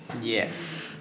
Yes